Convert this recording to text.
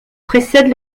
précède